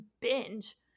binge